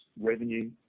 revenue